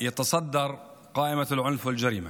להלן תרגומם: החברה הערבית היא בראש רשימת האלימות והפשיעה.